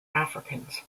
africans